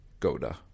Goda